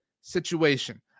situation